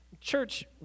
Church